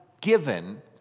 given